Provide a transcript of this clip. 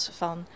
van